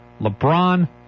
LeBron